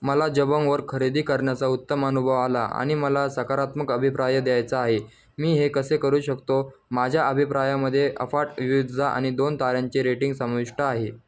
मला जबाँगवर खरेदी करण्याचा उत्तम अनुभव आला आणि मला सकारात्मक अभिप्राय द्यायचा आहे मी हे कसे करू शकतो माझ्या अभिप्रायामध्ये अफाट विविधता आणि दोन ताऱ्यांची रेटिंग समाविष्ट आहे